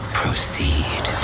proceed